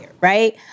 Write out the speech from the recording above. right